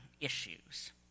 issues